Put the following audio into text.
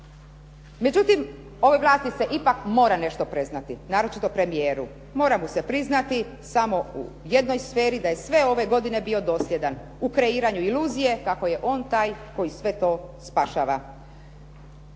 Međutim ovoj vlasti se nešto mora priznati, naročito premijeru. Mora mu se priznati samo u jednoj sferi, da je sve ove godine bio dosljedan u kreiranju iluzije kako je on taj koji sve to spašava.